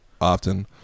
often